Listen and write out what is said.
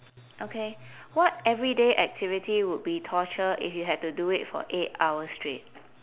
okay what everyday activity would be torture if you had to do for eight hours straight